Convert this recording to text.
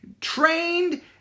trained